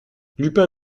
lupin